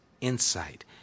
insight